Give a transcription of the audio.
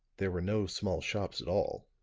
there were no small shops at all.